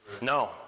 No